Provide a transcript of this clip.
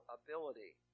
ability